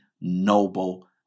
noble